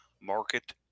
market